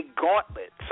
gauntlet